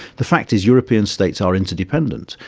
the fact is european states are interdependent.